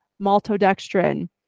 maltodextrin